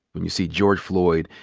when you see george floyd,